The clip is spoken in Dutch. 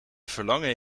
verlangen